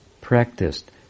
practiced